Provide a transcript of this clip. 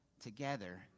together